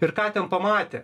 ir ką ten pamatė